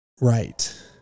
right